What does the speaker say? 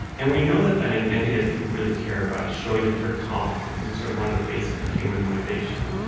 and we know that an identity that people really care about is showing that they're competent. this is sort of one of the basics of human motivation.